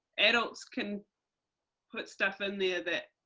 adults can put stuff in there that,